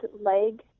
leg